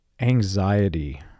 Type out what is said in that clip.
anxiety